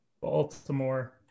Baltimore